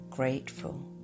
Grateful